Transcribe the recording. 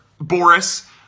Boris